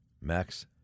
Max